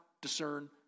discern